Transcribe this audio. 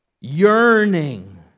yearning